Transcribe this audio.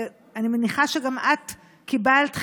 ואני מניחה שגם את קיבלת,